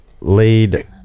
lead